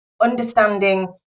understanding